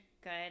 good